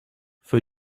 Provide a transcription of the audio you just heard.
für